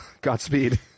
Godspeed